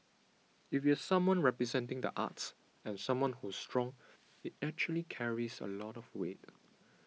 if you someone representing the arts and someone who's strong it actually carries a lot of weight